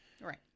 Right